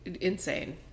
insane